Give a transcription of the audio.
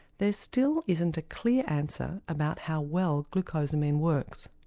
there still isn't a clear answer about how well glucosamine works.